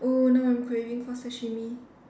oh now I'm craving for sashimi